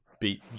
beat